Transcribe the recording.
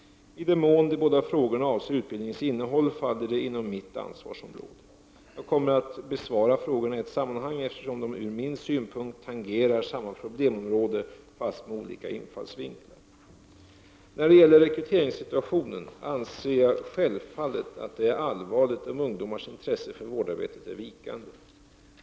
I den mån de båda frågorna avser utbildningens innehåll faller de inom mitt ansvarsområde. Jag kommer att besvara frågorna i ett sammanhang, eftersom de ur min synpunkt tangerar samma problemområde fast med olika infallsvinklar. När det gäller rekryteringssituationen anser jag självfallet att det är allvarligt om ungdomars intresse för vårdarbete är vikande.